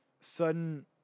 sudden